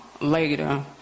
later